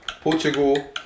Portugal